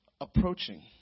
approaching